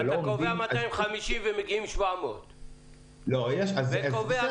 קובעים 250 מוזמנים ומגיעים 700. אתה קובע